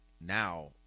now